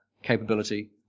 capability